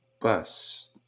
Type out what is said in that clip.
bus